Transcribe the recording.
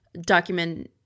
document